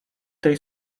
tej